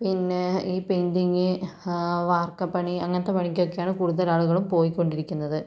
പിന്നെ ഈ പെയിന്റിംഗ് വാർക്ക പണി അങ്ങനത്തെ പണിക്കൊക്കെയാണ് കൂടുതൽ ആളുകളും പോയിക്കൊണ്ടിരിക്കുന്നത്